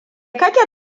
kake